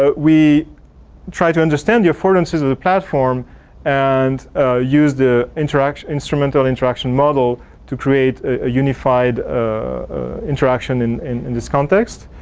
ah we tried to understand the affordances of the platform and use the interact instrument of interaction model to create a unified ah interaction in in this context.